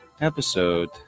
episode